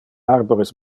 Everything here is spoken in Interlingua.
arbores